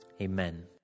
Amen